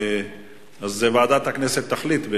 ועדת הכנסת תחליט.